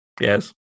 Yes